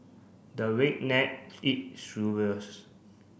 the redneck eat